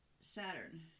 Saturn